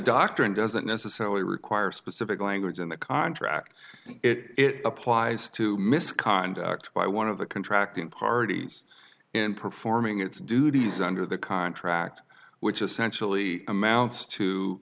doctrine doesn't necessarily require specific language in the contract it applies to misconduct by one of the contracting parties in performing its duties under the contract which essentially amounts to